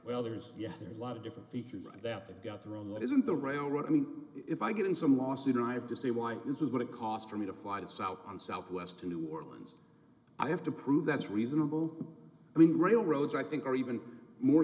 well there's yes there's a lot of different features that you've got the wrong what isn't the railroad i mean if i get in some lawsuit i have to see why this is what it cost for me to fly to south on southwest to new orleans i have to prove that's reasonable i mean railroads i think are even more